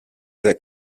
that